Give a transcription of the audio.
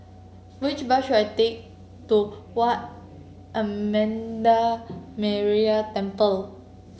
which bus should I take to Wat Amanda Metyarama Temple